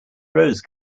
rose